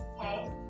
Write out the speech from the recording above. okay